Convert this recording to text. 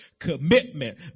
commitment